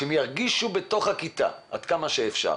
כך שירגישו שהם בתוך הכיתה עד כמה שאפשר.